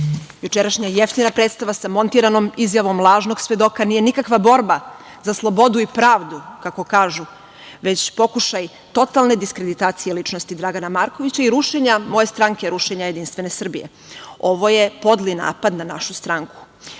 Jučerašnja jeftina predstava sa montiranom izjavom lažnog svedoka nije nikakva borba za slobodu i pravdu, kako kažu, već pokušaj totalne diskreditacije ličnosti Dragana Markovića i rušenja moje stranke, rušenja Jedinstvene Srbije. Ovo je podli napad na našu stranku. Mi